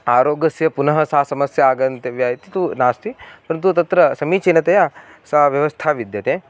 आरोग्यस्य पुनः सा समस्या आगन्तव्या इति तु नास्ति परन्तु तत्र समीचीनतया सा व्यवस्था विद्यते